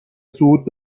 صعود